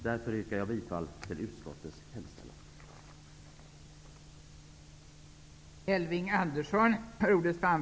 Därför yrkar jag bifall till utskottets hemställan.